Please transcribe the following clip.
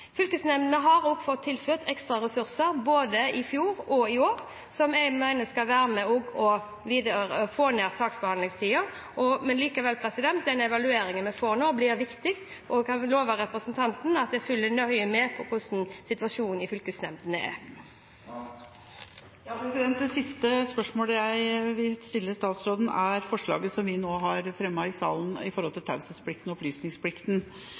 Fylkesnemndene har også fått tilført ekstra ressurser både i fjor og i år, noe jeg mener vil være med på å få ned saksbehandlingstida. Men likevel: Den evalueringen vi får nå, blir viktig. Jeg kan love representanten at vi følger nøye med på hvordan situasjonen i fylkesnemndene er. Det siste spørsmålet jeg vil stille statsråden, er forslaget vi nå har fremmet i salen, sett i forhold til taushetsplikten og opplysningsplikten.